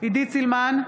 עידית סילמן,